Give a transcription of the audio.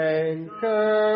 anchor